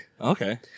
Okay